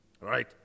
right